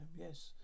Yes